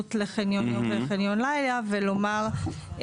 ההתייחסות לחניון יום וחניון לילה ולומר,